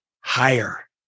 higher